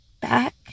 back